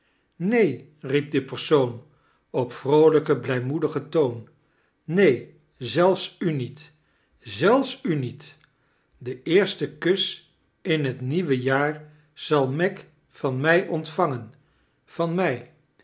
neen riep die persoon op vtoolijken blijmoedigen toon neen zelfs u niet zelfs u niet de eerste kus in het nieuwe jaar zal meg van mij ontvangen van mij